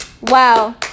wow